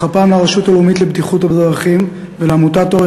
אך הפעם לרשות הלאומית לבטיחות בדרכים ולעמותת "אור